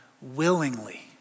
willingly